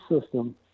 system